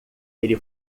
ele